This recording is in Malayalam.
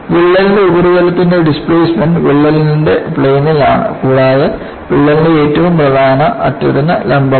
വിള്ളലിന്റെ ഉപരിതലത്തിന്റെ ഡിസ്പ്ലേസ്മെൻറ് വിള്ളലിന്റെ പ്ലെയിനിൽ ആണ് കൂടാതെ വിള്ളലിന്റെ പ്രധാന അറ്റത്തിന് ലംബമാണ്